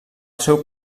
seu